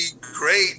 great